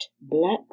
black